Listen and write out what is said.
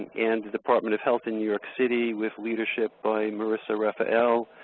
and the department of health in new york city with leadership by marisa raphael,